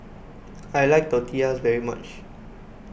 I like Tortillas very much